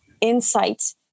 insight